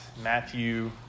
Matthew